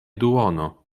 duono